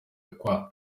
kwa